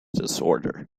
disorder